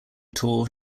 tour